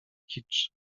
kicz